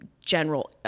General